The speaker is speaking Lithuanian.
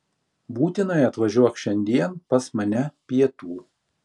būtinai atvažiuok šiandien pas mane pietų